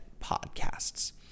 podcasts